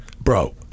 bro